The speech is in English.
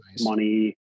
money